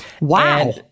Wow